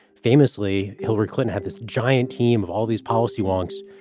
famously, hillary clinton had this giant team of all these policy wonks.